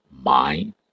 Mind